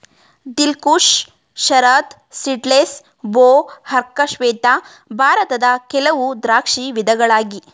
ದಿಲ್ Khush, Sharad Seedless, ಭೋ, ಅರ್ಕ ಶ್ವೇತ ಭಾರತದ ಕೆಲವು ದ್ರಾಕ್ಷಿ ವಿಧಗಳಾಗಿ